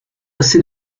assez